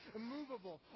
immovable